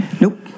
Nope